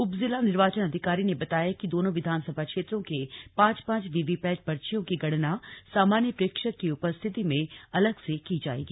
उप जिला निर्वाचन अधिकारी ने बताया कि दोनों विधानसभा क्षेत्रों के पांच पांच वीवीपैट पर्चियों की गणना सामान्य प्रेक्षक की उपस्थित में अलग से की जायेगी